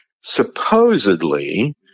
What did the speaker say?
supposedly